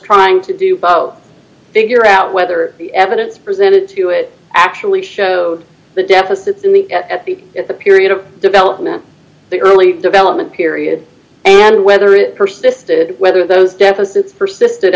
trying to do both figure out whether the evidence presented to it actually showed the deficit's in the at the at the period of development the early development period and whether it persisted whether those deficits persisted